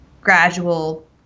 gradual